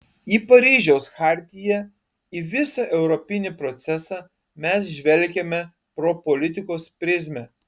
į paryžiaus chartiją į visą europinį procesą mes žvelgiame pro politikos prizmę